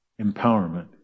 empowerment